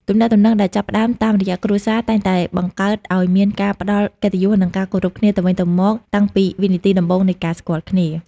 ទំនាក់ទំនងដែលចាប់ផ្តើមតាមរយៈគ្រួសារ តែងតែបង្កើតឱ្យមានការផ្ដល់កិត្តិយស និងការគោរពគ្នាទៅវិញទៅមកតាំងពីវិនាទីដំបូងនៃការស្គាល់គ្នា។